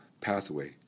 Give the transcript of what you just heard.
pathway